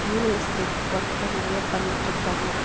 real estate ஒர்க்லாம் நிறைய பண்ணிட்டுருக்காங்க